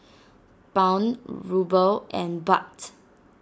Pound Ruble and Baht